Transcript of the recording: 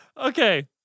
Okay